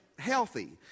healthy